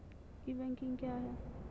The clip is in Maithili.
ई बैंकिंग क्या हैं?